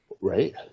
Right